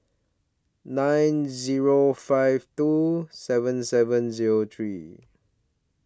nine Zero five two seven seven Zero three